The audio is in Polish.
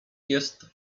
jest